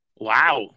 Wow